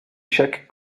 chaque